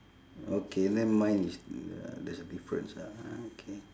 okay then mine is there's a difference ah okay